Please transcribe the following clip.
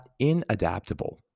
inadaptable